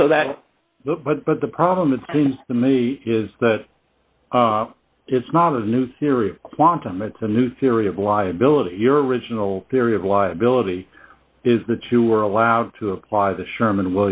and so that the but but the problem it seems to me is that it's not a new theory of quantum it's a new theory of liability your original theory of liability is that you were allowed to apply the sherman